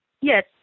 yes